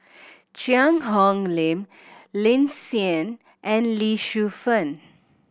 Cheang Hong Lim Lin Hsin and Lee Shu Fen